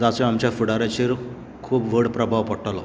जाचो आमच्या फुडाराचेर खूब व्हड प्रभाव पडटलो